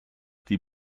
die